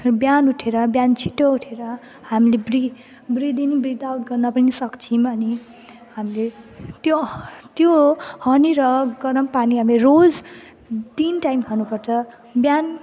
बिहान उठेर बिहान छिट्टै उठेर हामीले ब्री ब्रिद इन ब्रिद आउट गर्न पनि सक्छौँ अनि हामीले त्यो त्यो हनी र गरम पानी हामीले रोज तिन टाइम खानुपर्छ बिहान